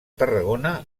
tarragona